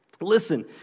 Listen